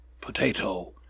Potato